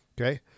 Okay